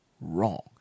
wrong